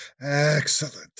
Excellent